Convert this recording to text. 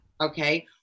Okay